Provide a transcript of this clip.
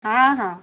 ହଁ ହଁ